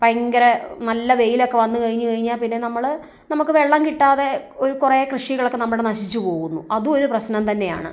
ഭയങ്കര നല്ല വെയിലൊക്കെ വന്നു കഴിഞ്ഞ് കഴിഞ്ഞാൽ പിന്നെ നമ്മൾ നമുക്ക് വെള്ളം കിട്ടാതെ ഒരു കുറെ കൃഷികളൊക്കെ നമ്മുടെ നശിച്ചു പോകുന്നു അതു ഒരു പ്രശ്നം തന്നെയാണ്